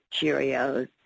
Cheerios